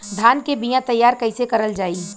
धान के बीया तैयार कैसे करल जाई?